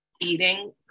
eating